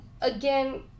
Again